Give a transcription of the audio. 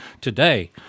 today